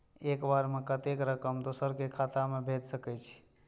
एक बार में कतेक रकम दोसर के खाता में भेज सकेछी?